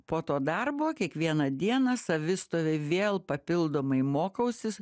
po to darbo kiekvieną dieną savistoviai vėl papildomai mokausi